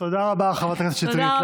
תודה רבה, חברת הכנסת שטרית.